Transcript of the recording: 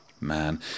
Man